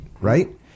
right